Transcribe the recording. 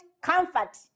comfort